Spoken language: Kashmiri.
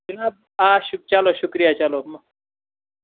جِناب آ شُک چلو شُکریہ چلو